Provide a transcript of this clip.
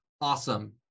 Awesome